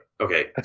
Okay